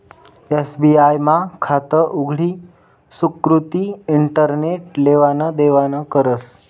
SBI मा खातं उघडी सुकृती इंटरनेट लेवान देवानं करस